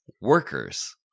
Workers